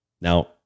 Now